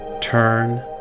turn